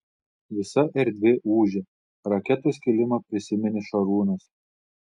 visa erdvė ūžia raketos kilimą prisiminė šarūnas